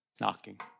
knocking